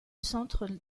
centre